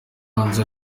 umuhanzi